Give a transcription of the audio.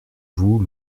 vous